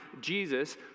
Jesus